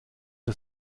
der